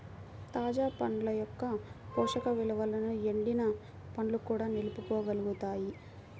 తాజా పండ్ల యొక్క పోషక విలువలను ఎండిన పండ్లు కూడా నిలుపుకోగలుగుతాయి